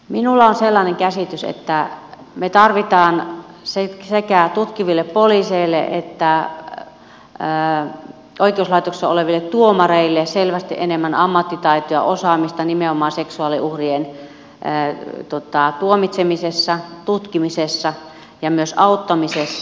minulla on sellainen käsitys että me tarvitsemme sekä tutkiville poliiseille että oikeuslaitoksissa oleville tuomareille selvästi enemmän ammattitaitoa ja osaamista nimenomaan seksuaalirikosten tuomitsemisessa tutkimisessa ja myös auttamisessa